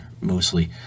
mostly